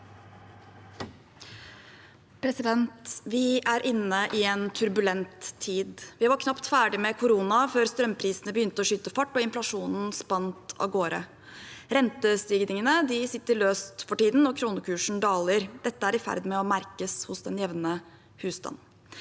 Vi er inne i en turbulent tid. Vi var knapt ferdig med korona før strømprisene begynte å skyte fart og inflasjonen spant av gårde. Rentestigningene sitter løst for tiden, og kronekursen daler. Dette er i ferd med å merkes hos den jevne husstand.